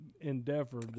endeavor